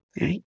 Right